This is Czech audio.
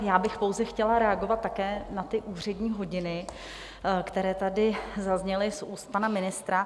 Já bych pouze chtěla reagovat také na úřední hodiny, které tady zazněly z úst pana ministra.